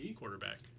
quarterback